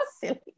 silly